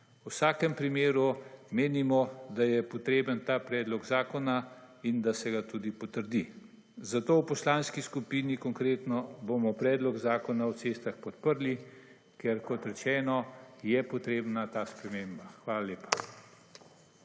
V vsakem primeru menimo, da je potreben ta predlog zakona in da se ga tudi potrdi, zato v Poslanski skupini Konkretno bomo Predlog Zakona o cestah podprli, ker kot rečeno je potrebna ta sprememba. Hvala lepa.